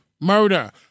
murder